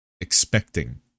expecting